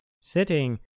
sitting